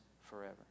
forever